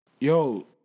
yo